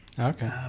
Okay